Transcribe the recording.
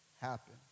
happen